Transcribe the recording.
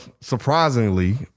surprisingly